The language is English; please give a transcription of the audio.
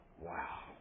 Wow